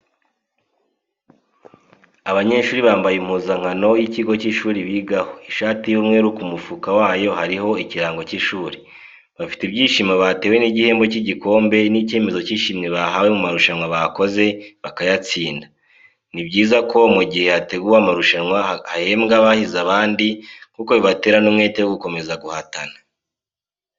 Abanyeshuri bambaye impuzankano y'ikigo cy'ishuri bigaho ishati y'umweru ku mufuka wayo hariho ikirango cy'ishuri, bafite ibyishimo batewe n'igihembo cy'igikombe n'icyemezo cy'ishimwe bahawe mu marushanwa bakoze bakayatsinda. Ni byiza ko mu gihe hateguwe amarusanwa hahembwa abahize abandi kuko bibatera n'umwete wo gukomeza guhatana.